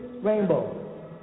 Rainbow